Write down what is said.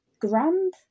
grand